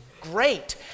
great